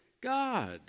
God